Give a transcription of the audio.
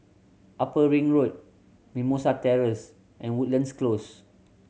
Upper Ring Road Mimosa Terrace and Woodlands Close